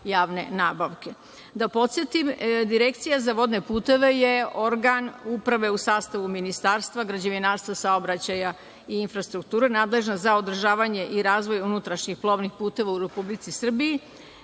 podsetim, Direkcija za vodne puteve je organ uprave u sastavu Ministarstva građevinarstva, saobraćaja i infrastrukture, nadležna za održavanje i razvoj unutrašnjih plovnih puteva u Republici Srbiji,